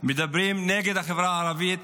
מדברים נגד החברה הערבית,